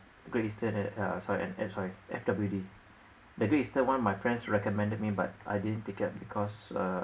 great eastern and uh sorry and sorry F_W_D the great eastern one my friends recommended me but I didn't take it because uh